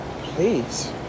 Please